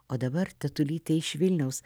o dabar tetulytė iš vilniaus